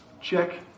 Check